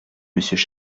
monsieur